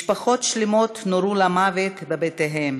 משפחות שלמות נורו למוות בבתיהן.